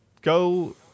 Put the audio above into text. go